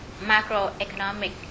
Macroeconomic